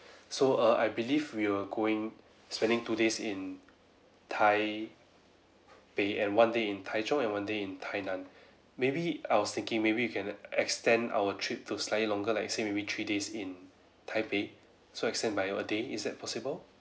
so err I believe we were going spending two days in taipei and one day in tai zhong and one day in tainan maybe I was thinking maybe we can extend our trip to slightly longer like say maybe three days in taipei so extend by one day is that possible